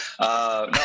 No